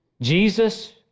Jesus